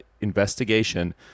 investigation